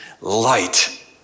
light